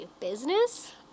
business